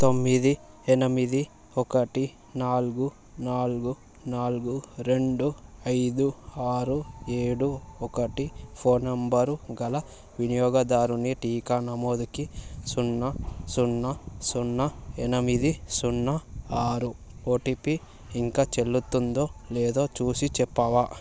తొమ్మిది ఎనిమిది ఒకటి నాలుగు నాలుగు నాలుగు రెండు ఐదు ఆరు ఏడు ఒకటి ఫోన్ నంబరు గల వినియోగదారుని టీకా నమోదుకి సున్నా సున్నా సున్నా ఎనిమిది సున్నా ఆరు ఓటీపీ ఇంకా చెల్లుతుందో లేదో చూసి చెప్పవా